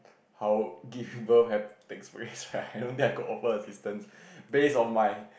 how giving birth have big risk right I don't think I could offer assistance based on my